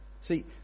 See